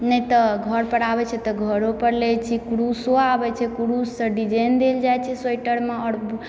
नहि तऽ घर पर आबैत छै तऽ घरो पर लैत छी कुरुसो आबैत छै कुरूससँ डिजाइन देल जाइत छै स्वेटरम आओर